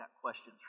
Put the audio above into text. questions